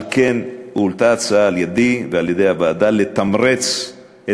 על כן הועלתה הצעה על-ידִי ועל-ידי הוועדה לתמרץ את